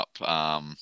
up